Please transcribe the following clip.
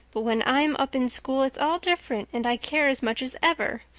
but when i'm up in school it's all different and i care as much as ever.